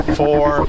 four